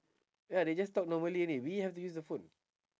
ya they just talk normally only we have to use the phone